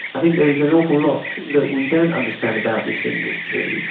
i think there's an awful lot that we don't understand about this industry,